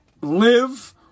live